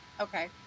Okay